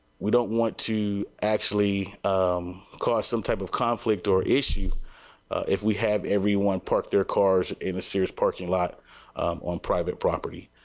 we don't want on to actually cost some type of conflict or issue if we have every one park their cars in sears parking lot on private property.